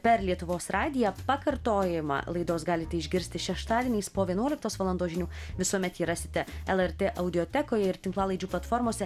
per lietuvos radiją pakartojimą laidos galite išgirsti šeštadieniais po vienuoliktos valandos žinių visuomet jį rasite lrt audiotekoje ir tinklalaidžių platformose